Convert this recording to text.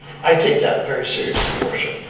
i take that very seriously your worship.